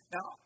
Now